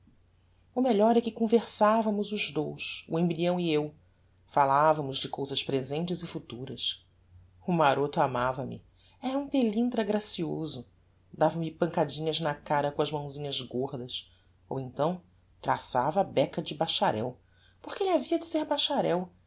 o melhor é que conversávamos os dous o embryão e eu falavamos de cousas presentes e futuras o maroto amava-me era um pelintra gracioso dava-me pancadinhas na cara com as mãosinhas gordas ou então traçava a beca de bacharel porque elle havia de ser bacharel